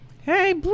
Hey